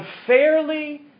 unfairly